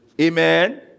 Amen